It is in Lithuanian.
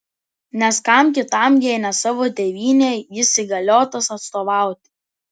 nes kam kitam jei ne savo tėvynei jis įgaliotas atstovauti